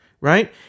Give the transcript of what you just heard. Right